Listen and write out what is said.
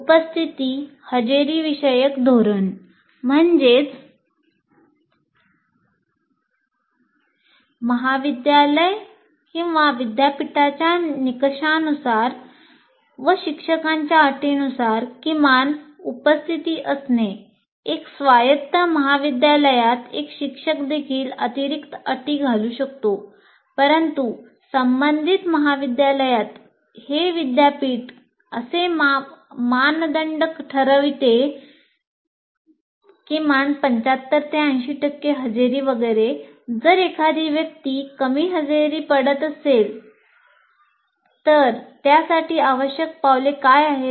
उपस्थिती हजेरी विषयक धोरण समाविष्ट करणे आवश्यक आहे